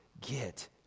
get